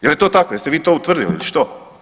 Je li to tako, jeste vi to utvrdili ili što?